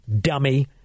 dummy